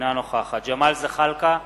אינה נוכחת ג'מאל זחאלקה,